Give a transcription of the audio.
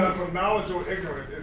from knowledge or ignorance, is